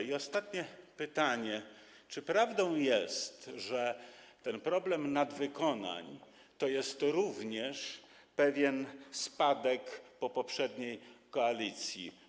I ostatnie pytanie: Czy prawdą jest, że problem nadwykonań to jest również pewien spadek po poprzedniej koalicji?